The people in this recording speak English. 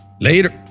Later